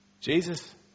Jesus